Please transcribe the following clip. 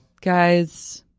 Guys